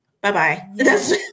Bye-bye